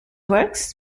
works